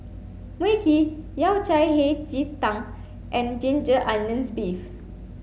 Mui Kee Yao Cai Hei Ji Tang and ginger onions beef